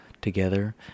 together